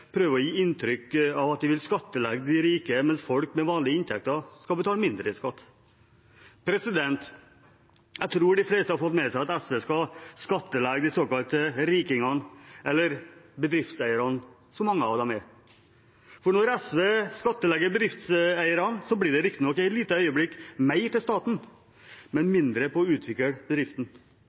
prøver å gi inntrykk av at de vil skattlegge de rike, mens folk med vanlige inntekter skal betale mindre i skatt. Jeg tror de fleste har fått med seg at SV skal skattlegge de såkalte rikingene – eller bedriftseierne, som mange av dem er. Når SV skattlegger bedriftseierne, blir det riktignok et lite øyeblikk mer til staten, men mindre til å utvikle bedriften,